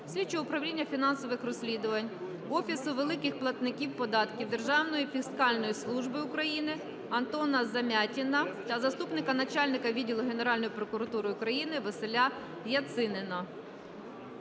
слідчого управління фінансових розслідувань Офісу великих платників податків Державної фіскальної служби України Антона Замятіна та заступника начальника відділу Генеральної прокуратури України Василя Яцинина.